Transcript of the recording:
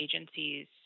agencies